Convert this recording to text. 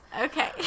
Okay